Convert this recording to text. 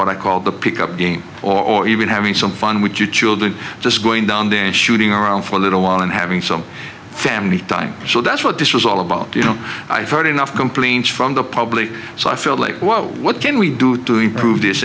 what i call the pick up game or even having some fun with you children just going down there and shooting our own for a little while and having some family time so that's what this was all about you know i've heard enough complaints from the public so i feel like well what can we do to improve this